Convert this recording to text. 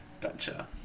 Gotcha